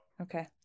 Okay